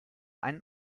einen